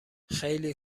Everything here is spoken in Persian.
خیلی